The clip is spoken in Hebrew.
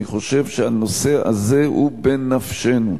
חושב שהנושא הזה הוא בנפשנו.